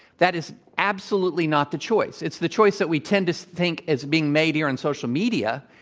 that is absolutely not the choice. it's the choice that we tend to think is being made here on social media,